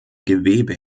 gewebe